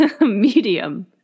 medium